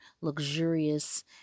luxurious